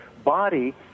body